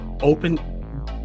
open